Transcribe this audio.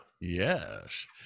Yes